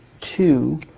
two